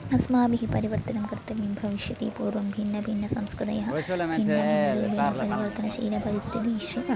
अस्माभिः परिवर्तनं कर्तव्यं भविष्यति पूर्वं भिन्नभिन्नसंस्कृतयः भिन्नभिन्नरूपेण परिवर्तनशीलपरिस्थितिषु